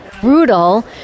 brutal